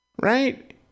Right